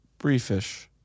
briefish